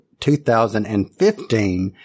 2015